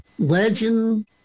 Legend